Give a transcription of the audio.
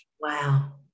Wow